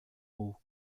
haut